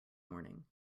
morning